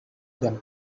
them